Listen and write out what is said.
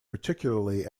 particularly